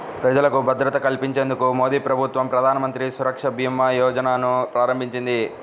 ప్రజలకు భద్రత కల్పించేందుకు మోదీప్రభుత్వం ప్రధానమంత్రి సురక్షభీమాయోజనను ప్రారంభించింది